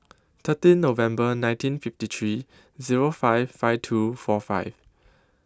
thirteen November nineteen fifty three Zero five five two four five